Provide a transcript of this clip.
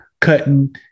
cutting